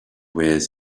ways